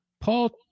Paul